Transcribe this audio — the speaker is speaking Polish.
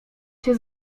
się